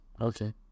Okay